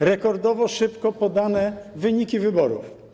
rekordowo szybko podane wyniki wyborów.